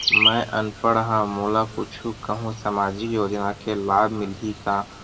मैं अनपढ़ हाव मोला कुछ कहूं सामाजिक योजना के लाभ मिलही का?